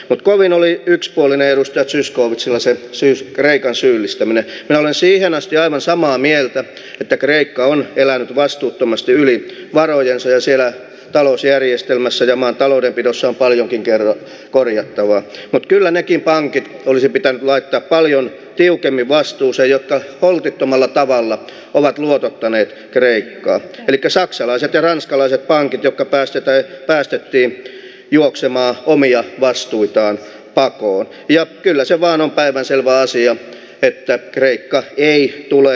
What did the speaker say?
onko hän oli yks puolen edustaja zyskowicz on se siis raikas ylistämänä olen siihen asti aivan samaa mieltä että kreikka on elänyt vastuuttomasti yli varojensa ja siellä talousjärjestelmässä ja maan taloudenpidossa on paljonkin kerran korjattava spot kyllä nekin pankin olisi pitänyt laittaa paljon tiukemmin vastuussa jotta holtittomalla tavalla ovat eduskunta valitsee valtuuskunnan jäseniksi ja ranskalaiset pankit jotka pääsitte päästettiin juoksemaan omia vastuitaan pakko oppia kyllä se vaan on päivänselvä asia että kreikka ei tule